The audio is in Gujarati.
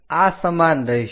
આ સમાન રહેશે